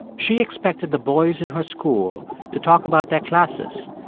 she expected the boys in her school to talk about their classes,